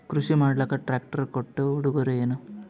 ಕೃಷಿ ಮಾಡಲಾಕ ಟ್ರಾಕ್ಟರಿ ಕೊಟ್ಟ ಉಡುಗೊರೆಯೇನ?